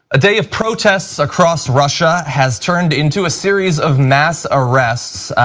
a day of protests across russia has turned into a series of mass arrests,